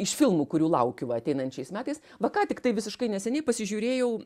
iš filmų kurių laukiu va ateinančiais metais va ką tiktai visiškai neseniai pasižiūrėjau